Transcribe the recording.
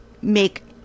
make